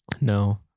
No